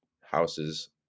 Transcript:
houses